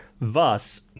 Thus